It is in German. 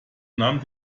nahm